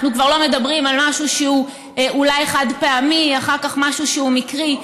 אנחנו כבר לא מדברים על משהו שהוא אולי חד-פעמי ואחר כך משהו שהוא מקרי,